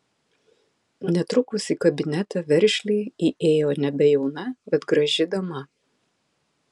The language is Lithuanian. netrukus į kabinetą veržliai įėjo nebejauna bet graži dama